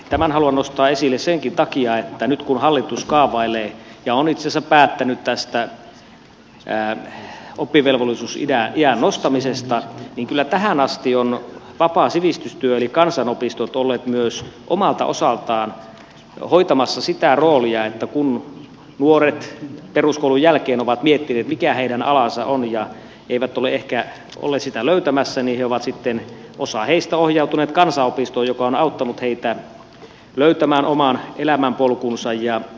tämän haluan nostaa esille senkin takia että nyt kun hallitus kaavailee ja on itse asiassa päättänyt tästä oppivelvollisuusiän nostamisesta niin kyllä tähän asti vapaa sivistystyö eli kansanopistot ovat olleet myös omalta osaltaan hoitamassa sitä roolia että kun nuoret peruskoulun jälkeen ovat miettineet mikä heidän alansa on ja eivät ole ehkä olleet sitä löytämässä niin on sitten osa heistä ohjautunut kansanopistoon joka on auttanut heitä löytämään oman elämänpolkunsa